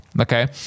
Okay